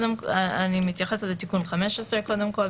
אני מתייחסת לתיקון מספר 15. קודם כל,